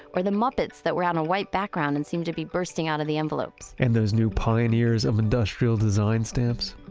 or the muppets that were on a white background and seemed to be bursting out of the envelopes? and those new pioneers of industrial design stamps?